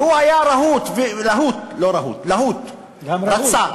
והוא היה רהוט, לא רהוט, להוט, רצה.